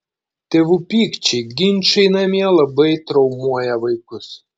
tėvų pykčiai ginčai namie labai traumuoja vaikus